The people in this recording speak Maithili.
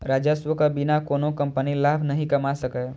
राजस्वक बिना कोनो कंपनी लाभ नहि कमा सकैए